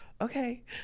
okay